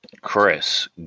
Chris